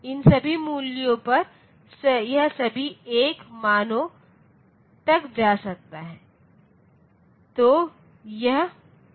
इन सभी मूल्यों पर यह सभी 1 मानों तक जा सकता है